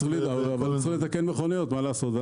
אתה רוצה לתקן מכוניות, מה לעשות?